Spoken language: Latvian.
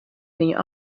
viņu